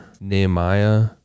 nehemiah